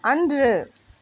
அன்று